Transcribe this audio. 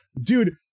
dude